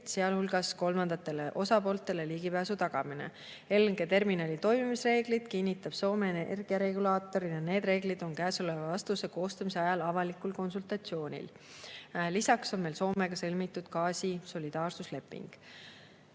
sealhulgas tagama kolmandatele osapooltele ligipääsu. LNG-terminali toimimisreeglid kinnitab Soome energiaregulaator ja need reeglid on käesoleva vastuse koostamise ajal avalikul konsultatsioonil. Lisaks on meil Soomega sõlmitud gaasisolidaarsusleping. Viies